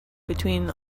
between